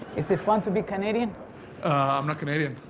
is it fun to be canadian? i'm not canadian.